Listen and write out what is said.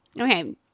Okay